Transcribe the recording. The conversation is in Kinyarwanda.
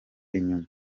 inyuma